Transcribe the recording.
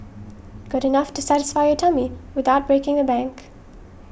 good enough to satisfy your tummy without breaking the bank